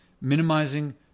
minimizing